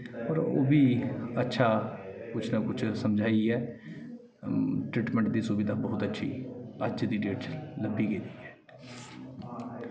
होर ओह् बी अच्छा कुछ ना कुछ समझाइयै ट्रीटमेंट दी सुविधा बहोत अच्छी अज्ज दी डेट च लब्भी गेदी ऐ